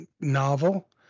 novel